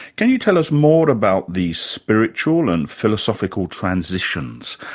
can you tell us more about the spiritual and philosophical transitions,